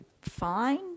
Fine